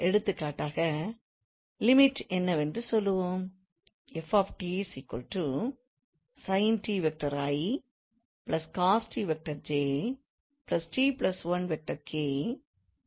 எடுத்துக்காட்டாக லிமிட் என்னவென்று சொல்வோம் எனவே இறுதியில் பதில் ஆக இருக்கும்